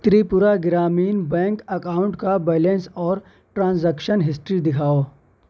Tripura Gramin bank account کا balance اور transaction history دکھاؤ